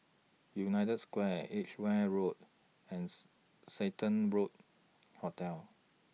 United Square Edgeware Road and Santa Road Hotel